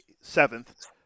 seventh